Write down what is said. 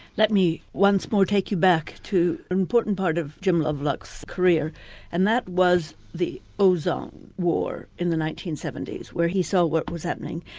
let me once more take you back to an important part of jim lovelock's career and that was the ozone war in the nineteen seventy s where he saw what was happening,